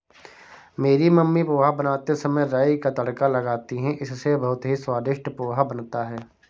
मेरी मम्मी पोहा बनाते समय राई का तड़का लगाती हैं इससे बहुत ही स्वादिष्ट पोहा बनता है